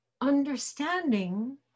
understanding